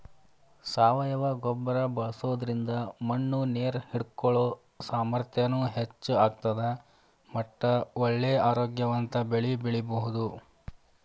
ಸಾವಯವ ಗೊಬ್ಬರ ಬಳ್ಸೋದ್ರಿಂದ ಮಣ್ಣು ನೇರ್ ಹಿಡ್ಕೊಳೋ ಸಾಮರ್ಥ್ಯನು ಹೆಚ್ಚ್ ಆಗ್ತದ ಮಟ್ಟ ಒಳ್ಳೆ ಆರೋಗ್ಯವಂತ ಬೆಳಿ ಬೆಳಿಬಹುದು